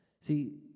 See